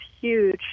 huge